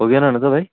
हो कि होइन भन त भाइ